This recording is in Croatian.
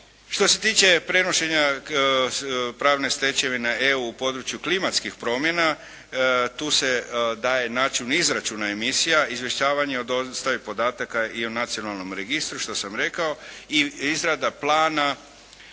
Što se tiče prenošenja pravne stečevine EU u području klimatskih promjena tu se daje način izračuna emisija, izvješćivanje o dostavi podataka i o nacionalnom registru što sam rekao i izrada plana